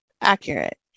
Accurate